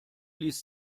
ließ